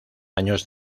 años